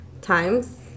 times